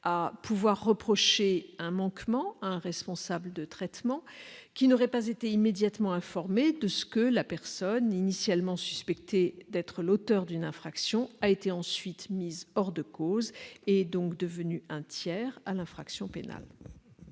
à pouvoir reprocher un manquement à un responsable de traitement qui n'aurait pas été immédiatement informé de ce que la personne initialement suspectée d'être l'auteur d'une infraction a été ensuite mise hors de cause et est donc devenue un tiers à l'infraction pénale.